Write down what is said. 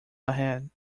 ahead